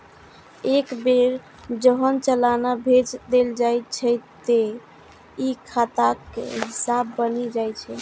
एक बेर जहन चालान भेज देल जाइ छै, ते ई खाताक हिस्सा बनि जाइ छै